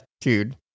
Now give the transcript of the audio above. dude